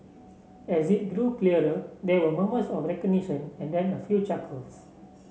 as it grew clearer there were murmurs of recognition and then a few chuckles